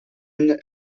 une